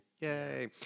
yay